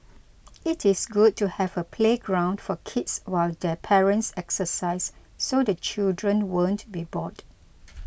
it is good to have a playground for kids while their parents exercise so the children won't be bored